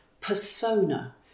persona